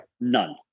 none